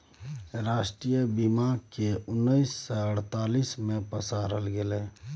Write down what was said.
राष्ट्रीय बीमाक केँ उन्नैस सय अड़तालीस मे पसारल गेलै